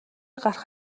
гарах